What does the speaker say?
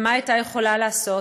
ומה היא הייתה יכולה לעשות?